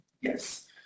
Yes